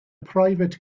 private